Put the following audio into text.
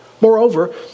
Moreover